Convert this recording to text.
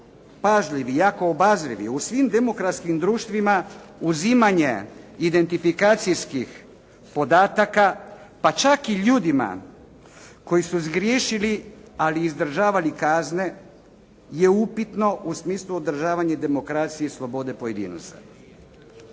pažljivi, jako obazrivi u svim demokratskim društvima uzimanje identifikacijskih podataka, pa čak i ljudima koji su zgriješili, ali izdržavali kazne je upitno u smislu održavanja demokracije i slobode pojedinaca.